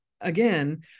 again